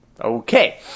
Okay